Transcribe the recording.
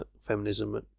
feminism